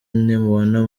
nimubona